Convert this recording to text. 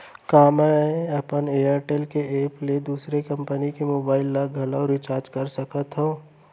का मैं अपन एयरटेल के एप ले दूसर कंपनी के मोबाइल ला घलव रिचार्ज कर सकत हव?